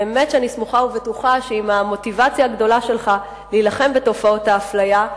אני באמת סמוכה ובטוחה שעם המוטיבציה הגדולה שלך להילחם בתופעות האפליה,